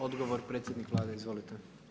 Odgovor predsjednik Vlade izvolite.